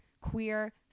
queer